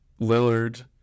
Lillard